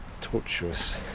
tortuous